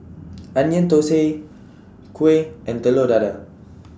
Onion Thosai Kuih and Telur Dadah